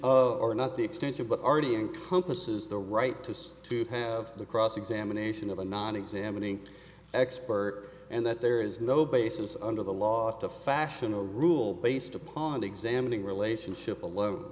of or not the extension but already encompasses the right to to have the cross examination of a non examining expert and that there is no basis under the law to fashion a rule based upon examining relationship alone